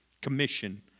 Commission